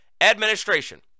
administration